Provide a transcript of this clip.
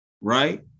right